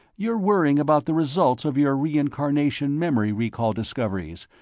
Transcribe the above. you're worrying about the results of your reincarnation memory-recall discoveries,